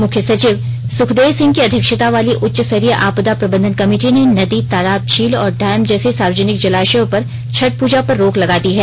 मुख्य सचिव सुखदेव सिंह की अध्यक्षता वाली उच्चस्तरीय आपदा प्रबंधन कमेटी ने नदी तालाब झील और डैम जैसे सार्वजनिक जलाशयों पर छठ प्रजा पर रोक लगा दी है